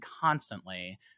constantly